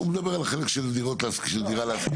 הוא מדבר על החלק של הדירות להשכיר בדירה להשכיר.